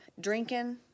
Drinking